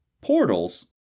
Portals